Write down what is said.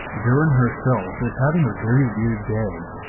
deren herself, is having a very weird day.